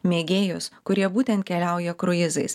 mėgėjus kurie būtent keliauja kruizais